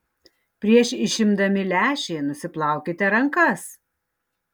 prieš išimdami lęšį nusiplaukite rankas